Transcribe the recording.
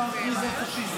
היא אמרה ששכחתי "פשיסטית",